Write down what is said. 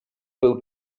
byl